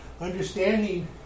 understanding